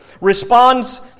responds